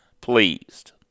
pleased